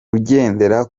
ugendera